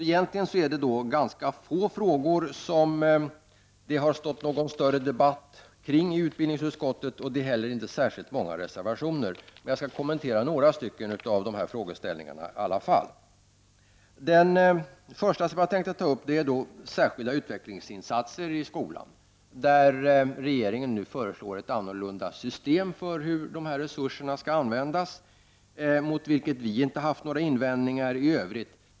Egentligen är det ganska få frågor som det har blivit någon större debatt kring i utbildningsutskottet, och det finns heller inte särskilt många reservationer. Jag skall i varje fall kommentera några av dessa frågeställningar. Den första fråga som jag vill ta upp är särskilda utvecklingsinsatser i skolan. Regeringen föreslår nu ett annorlunda system för hur dessa resurser skall användas, något som vi i centerpartiet inte har haft några invändningar mot i övrigt.